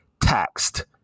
taxed